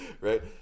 right